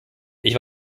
ich